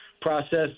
process